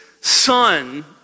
son